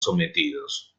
sometidos